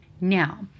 now